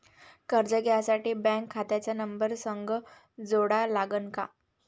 कर्ज घ्यासाठी बँक खात्याचा नंबर संग जोडा लागन का?